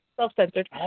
Self-centered